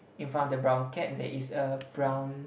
in front of the brown cat there is a brown